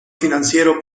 financiero